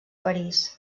parís